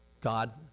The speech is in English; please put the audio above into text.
God